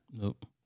nope